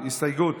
הסתייגות